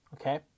Okay